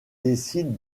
décident